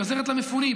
היא עוזרת למפונים,